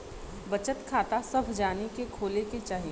बचत खाता सभ जानी के खोले के चाही